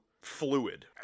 fluid